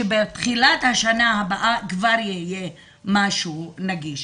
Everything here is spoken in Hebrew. שבתחילת השנה הבאה כבר יהיה משהו נגיש.